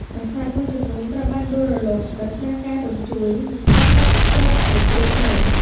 ប្រាសាទមួយចំនួនត្រូវបានដួលរលំដោយសារការរញ្ជួយ និងការបាក់ស្រុតនៃគ្រឹះដី។